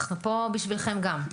אנחנו פה בשבילכם גם.